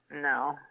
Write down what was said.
No